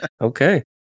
okay